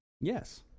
Yes